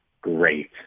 great